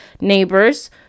neighbors